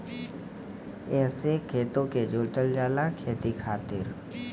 एहसे खेतो के जोतल जाला खेती खातिर